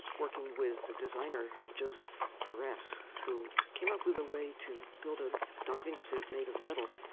working with the designer joseph peress, who came up with a way to build a diving suit made of metal.